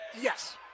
Yes